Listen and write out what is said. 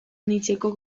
anitzeko